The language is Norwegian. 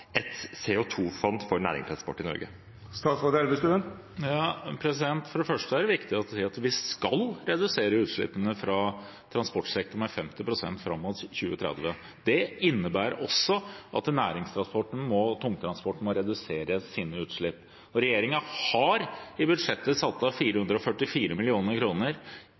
et CO 2 -fond for næringstransport i Norge. For det første er det viktig å si at vi skal redusere utslippene fra transportsektoren med 50 pst. fram mot 2030. Det innebærer også at næringstransporten og tungtransporten må redusere sine utslipp. Regjeringen har i budsjettet satt av 444